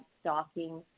stocking